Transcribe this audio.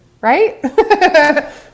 right